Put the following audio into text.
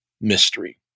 mystery